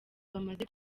bamaze